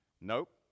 Nope